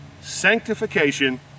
sanctification